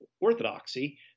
orthodoxy